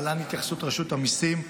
להלן התייחסות רשות המיסים: